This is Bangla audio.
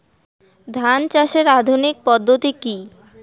ধান চাষের আধুনিক পদ্ধতি কি?